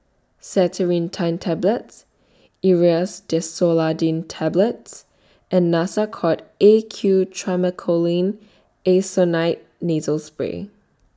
Tablets Aerius DesloratadineTablets and Nasacort A Q Triamcinolone Acetonide Nasal Spray